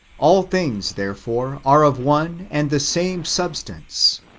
all things therefore are of one and the same substance,